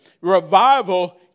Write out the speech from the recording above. Revival